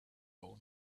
own